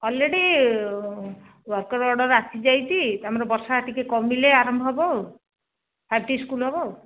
already ୱାର୍କର ଅର୍ଡ଼ର ଆସିଯାଇଛି ତୁମର ବର୍ଷା ଟିକେ କମିଲେ ଆରମ୍ଭ ହେବ ଆଉ ଫାଇଭ୍ ଟି ସ୍କୁଲ ହେବ ଆଉ